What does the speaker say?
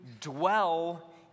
dwell